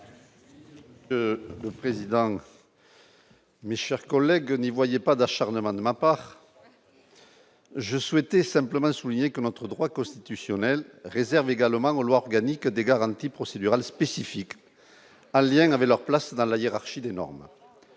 Collin. Le président. Mais, chers collègues n'y voyait pas d'acharnement de ma part. Je souhaitais simplement souligner que notre droit constitutionnel réserve également l'organique des garanties procédurales spécifiques Alien avaient leur place dans la hiérarchie des normes.